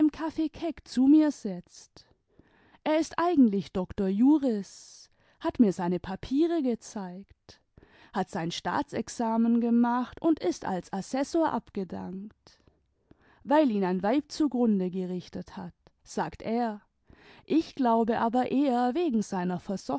caf keck zu mir setzt er ist eigentlich doctor juris hat nur seine papiere gezeigt hat sein staatsexamen gemacht und ist als assessor abgedankt weil ihn ein weib zugrunde gerichtet hat sagt er ich glaube aber eher wegen seiner